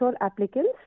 applicants